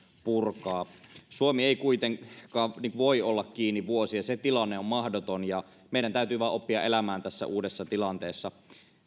purkaa suomi ei kuitenkaan voi olla kiinni vuosia se tilanne on mahdoton ja meidän täytyy vain oppia elämään tässä uudessa tilanteessa